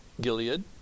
Gilead